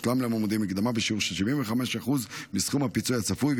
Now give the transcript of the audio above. תשולם למועמדים מקדמה בשיעור של 75% מסכום הפיצוי הצפוי,